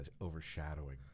overshadowing